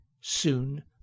Soon